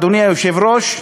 אדוני היושב-ראש,